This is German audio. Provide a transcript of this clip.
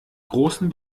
großen